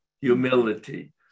humility